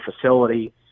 facility